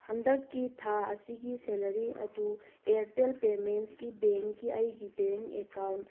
ꯍꯟꯗꯛꯀꯤ ꯊꯥ ꯑꯁꯤꯒꯤ ꯁꯦꯂꯔꯤ ꯑꯗꯨ ꯑꯦꯌ꯭ꯔꯇꯦꯜ ꯄꯦꯃꯦꯟꯁꯒꯤ ꯕꯦꯡꯀꯤ ꯑꯩꯒꯤ ꯕꯦꯡ ꯑꯦꯀꯥꯎꯟ